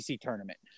tournament